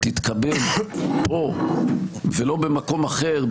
תתקבל פה ולא במקום אחר,